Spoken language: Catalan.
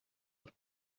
per